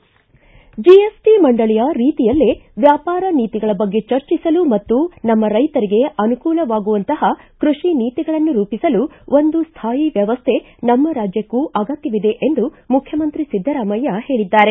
GST ಮಂಡಳಿಯ ರೀತಿಯಲ್ಲೇ ವ್ಯಾಪಾರ ನೀತಿಗಳ ಬಗ್ಗೆ ಚರ್ಚಿಸಲು ಮತ್ತು ನಮ್ಮ ರೈತರಿಗೆ ಅನುಕೂಲವಾಗುವಂತಹ ಕೃಷಿ ನೀತಿಗಳನ್ನು ರೂಪಿಸಲು ಒಂದು ಸ್ವಾಯಿ ವ್ಯವಸ್ಥೆ ನಮ್ಮ ರಾಜ್ಯಕ್ಕೂ ಅಗತ್ಯವಿದೆ ಎಂದು ಮುಖ್ಯಮಂತ್ರಿ ಸಿದ್ದರಾಮಯ್ಯ ಹೇಳಿದ್ದಾರೆ